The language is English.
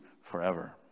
forever